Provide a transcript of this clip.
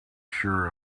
sure